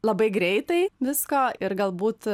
labai greitai visko ir galbūt